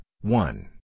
one